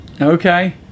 okay